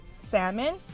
salmon